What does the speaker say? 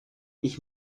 ich